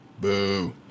Boo